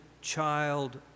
child